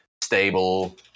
stable